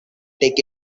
take